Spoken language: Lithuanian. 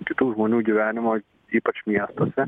kitų žmonių gyvenimo ypač miestuose